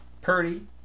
Purdy